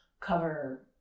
cover